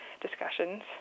discussions